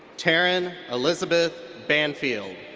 taryn elizabeth banfield.